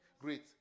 Great